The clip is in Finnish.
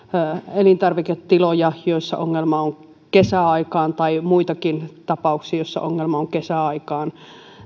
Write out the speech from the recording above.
elintarviketiloja joissa ongelma on kesäaikaan tai muitakin tapauksia joissa ongelma on kesäaikaan niin